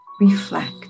Reflect